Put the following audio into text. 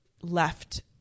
left